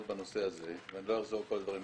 בנושא הזה ואני לא אחזור על כל הדברים.